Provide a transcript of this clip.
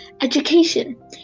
Education